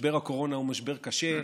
משבר הקורונה הוא משבר קשה.